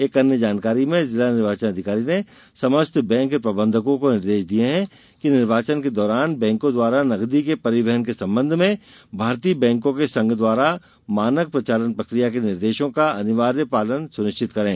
एक अन्य जानकारी में जिला निर्वाचन अधिकारी ने समस्त बैक प्रबंधकों को निर्देश दिये है कि निर्वाचन के दौरान बैंकों द्वारा नगदी के परिवहन के संबंध में भारतीय बैंकों के संघ द्वारा मानक प्रचालन प्रकिया के निर्देशों का अनिवार्य पालन सुनिश्चित करें